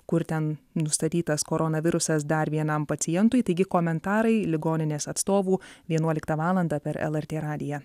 kur ten nustatytas koronavirusas dar vienam pacientui taigi komentarai ligoninės atstovų vienuoliktą valandą per lrt radiją